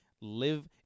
live